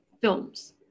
films